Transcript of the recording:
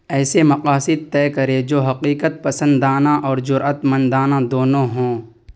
ایسے مقاصد طے کریں جو حقیقت پسندانہ اورجراٴت مندانہ دونوں ہوں